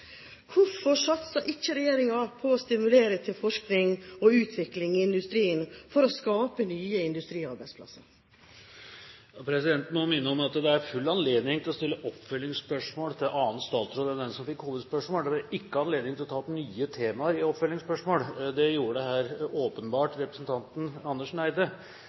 Hvorfor satser ikke regjeringen på å stimulere til forskning og utvikling i industrien for å skape nye industriarbeidsplasser? Presidenten må minne om at det er full anledning til å stille oppfølgingsspørsmål til en annen statsråd enn den som fikk hovedspørsmålet. Det blir ikke anledning til å ta opp nye temaer i oppfølgingsspørsmål. Det gjorde her åpenbart representanten Andersen Eide.